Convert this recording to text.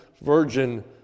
virgin